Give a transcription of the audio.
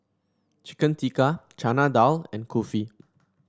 Chicken Tikka Chana Dal and Kulfi